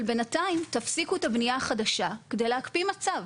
אבל בינתיים שיפסיקו את הבנייה החדשה כדי להקפיא מצב,